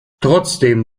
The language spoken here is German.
trotzdem